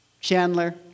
Chandler